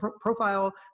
profile